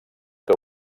que